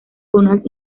jonas